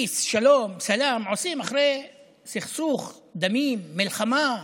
Peace, שלום, סלאם, עושים אחרי סכסוך דמים, מלחמה,